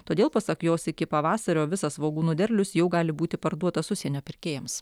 todėl pasak jos iki pavasario visas svogūnų derlius jau gali būti parduotas užsienio pirkėjams